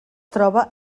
troba